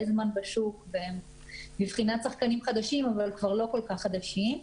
זמן בשוק והם בבחינת שחקנים חדשים אבל כבר לא כל כך חדשים.